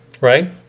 right